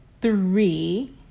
three